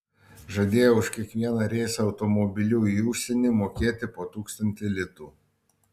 žadėjo už kiekvieną reisą automobiliu į užsienį mokėti po tūkstantį litų